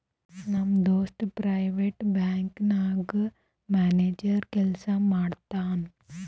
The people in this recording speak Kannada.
ನಮ್ ದೋಸ್ತ ಪ್ರೈವೇಟ್ ಬ್ಯಾಂಕ್ ನಾಗ್ ಮ್ಯಾನೇಜರ್ ಕೆಲ್ಸಾ ಮಾಡ್ತಾನ್